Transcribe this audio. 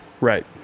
Right